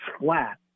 flat